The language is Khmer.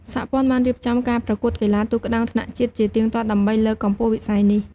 សហព័ន្ធបានរៀបចំការប្រកួតកីឡាទូកក្ដោងថ្នាក់ជាតិជាទៀងទាត់ ដើម្បីលើកកម្ពស់វិស័យនេះ។